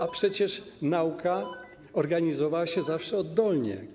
A przecież nauka organizowała się zawsze oddolnie.